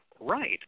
right